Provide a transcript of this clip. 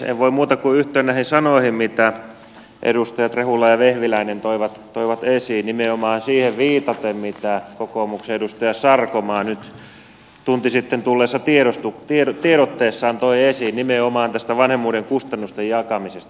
en voi muuta kuin yhtyä näihin sanoihin mitä edustajat rehula ja vehviläinen toivat esiin nimenomaan siihen viitaten mitä kokoomuksen edustaja sarkomaa nyt tunti sitten tulleessa tiedotteessaan toi esiin nimenomaan tästä vanhemmuuden kustannusten jakamisesta